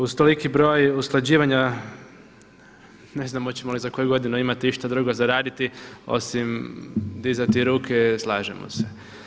Uz toliki broj usklađivanja ne znam hoćemo li za koju godinu imati išta drugo za raditi osim dizati ruke, slažemo se.